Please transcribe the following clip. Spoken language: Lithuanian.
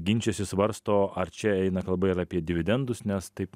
ginčijasi svarsto ar čia eina kalba ir apie dividendus nes taip